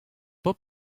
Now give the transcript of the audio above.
pep